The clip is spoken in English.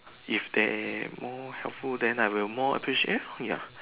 if they more helpful then I will more appreciate ya